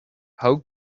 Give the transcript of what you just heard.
how